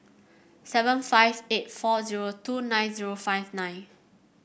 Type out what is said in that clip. seven five eight four zero two nine zero five nine